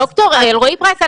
ד"ר אלרעי פרייס,